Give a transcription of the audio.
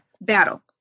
battle